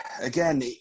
again